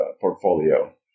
portfolio